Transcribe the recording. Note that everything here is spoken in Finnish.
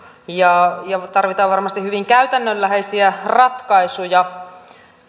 ja tarvitaan varmasti hyvin käytännönläheisiä ratkaisuja